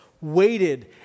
waited